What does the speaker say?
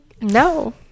no